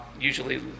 usually